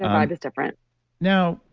vibe is different now,